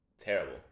terrible